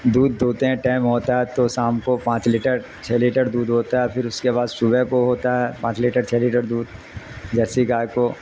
دودھ دھوتے ہیں ٹائم ہوتا ہے تو سام کو پانچ لیٹر چھ لیٹر دودھ ہوتا ہے پھر اس کے بعد صوبح کو ہوتا ہے پانچ لیٹر چھ لیٹر دودھ جرسی گائے کو